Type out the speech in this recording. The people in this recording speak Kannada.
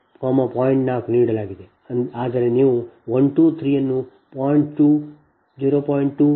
4 ನೀಡಲಾಗಿದೆ ಆದರೆ ನೀವು 1 2 3 ಅನ್ನು 0